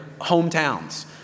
hometowns